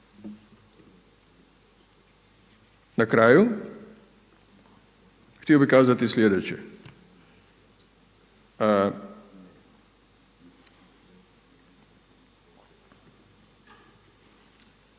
Na kraju htio bih kazati sljedeće.